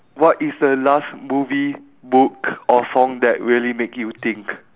what is the last movie book or song that really make you think